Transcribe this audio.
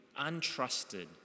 untrusted